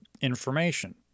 information